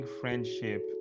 friendship